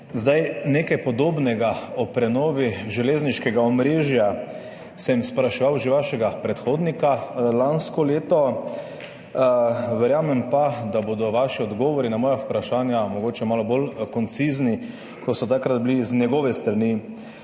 Nekaj podobnega sem o prenovi železniškega omrežja spraševal že vašega predhodnika lansko leto, verjamem pa, da bodo vaši odgovori na moja vprašanja mogoče malo bolj koncizni, kot so bili takrat z njegove strani.